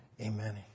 Amen